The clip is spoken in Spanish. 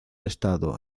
estado